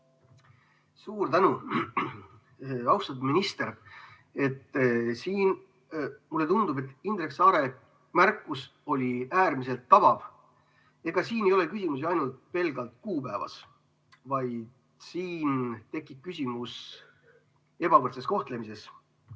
Suur tänu! Austatud minister! Mulle tundub, et Indrek Saare märkus oli äärmiselt tabav. Ja ega siin ei ole küsimus ainult kuupäevas, vaid siin tekib küsimus ka ebavõrdses kohtlemises